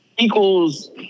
Equals